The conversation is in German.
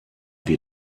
wir